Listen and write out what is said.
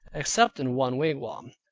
except in one wigwam.